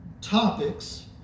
topics